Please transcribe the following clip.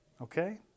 Okay